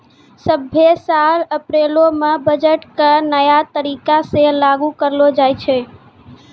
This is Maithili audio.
सभ्भे साल अप्रैलो मे बजट के नया तरीका से लागू करलो जाय छै